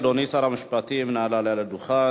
אדוני שר המשפטים, נא עלה על הדוכן.